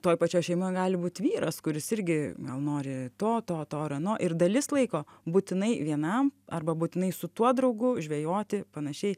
toj pačioj šeimoj gali būt vyras kuris irgi gal nori to to to ir ano ir dalis laiko būtinai vienam arba būtinai su tuo draugu žvejoti panašiai